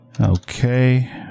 Okay